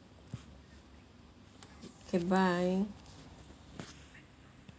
okay bye